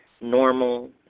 normal